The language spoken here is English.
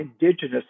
indigenous